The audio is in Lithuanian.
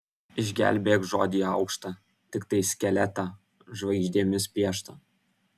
išgelbėk žodį aukštą tiktai skeletą žvaigždėmis pieštą